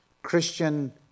Christian